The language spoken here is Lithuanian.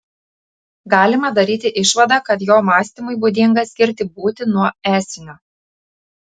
galima daryti išvadą kad jo mąstymui būdinga skirti būtį nuo esinio